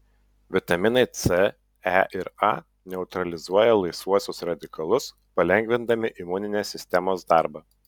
vitaminai c e ir a neutralizuoja laisvuosius radikalus palengvindami imuninės sistemos darbą